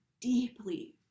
deeply